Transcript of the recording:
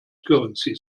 currency